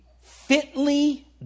fitly